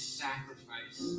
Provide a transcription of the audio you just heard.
sacrifice